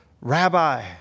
Rabbi